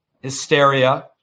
hysteria